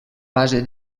base